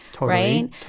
right